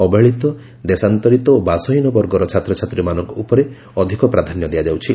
ଅବହେଳିତ ଦେଶାନ୍ତରିତ ଓ ବାସହୀନ ବର୍ଗର ଛାତ୍ରଛାତ୍ରୀମାନଙ୍କ ଉପରେ ଅଧିକ ପ୍ରାଧାନ୍ୟ ଦିଆଯାଉଛି